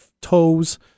toes